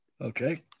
Okay